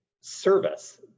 service